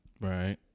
right